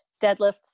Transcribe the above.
Deadlifts